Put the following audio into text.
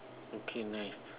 okay nice